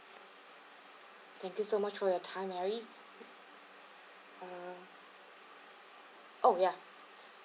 thank you so much for your time mary uh oh ya